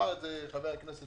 אמר את זה חבר הכנסת